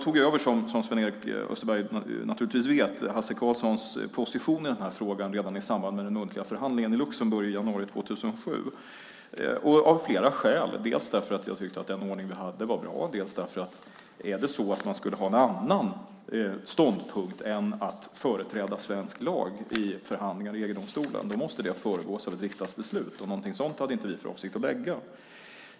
Som Sven-Erik Österberg vet tog jag över Hasse Karlssons position i den här frågan redan i samband med den muntliga förhandlingen i Luxemburg i januari 2007. Det var av flera skäl. Dels tyckte jag att den ordning vi hade var bra, dels måste det hela, om man ska företräda en annan position än svensk lag i förhandlingar i EG-domstolen, föregås av ett riksdagsbeslut, och något sådant hade vi inte för avsikt att försöka få till stånd.